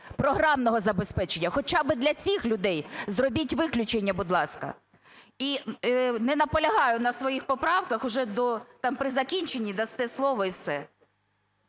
програмного забезпечення, хоча би для цих людей зробіть виключення, будь ласка. І не наполягаю на своїх поправках уже до... Там при закінченні дасте слово і все.